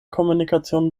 kommunikation